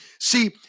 See